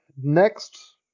next